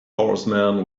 horsemen